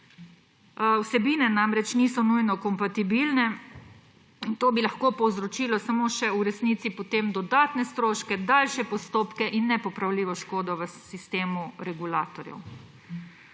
Vsebine namreč niso nujno kompatibilne in to bi lahko povzročilo samo še v resnici potem dodatne stroške, daljše postopke in nepopravljivo škodo v sistemu regulatorjev.